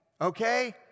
okay